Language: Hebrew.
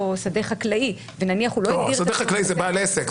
שדה חקלאי ונניח הוא לא --- שדה חקלאי הוא בעל עסק.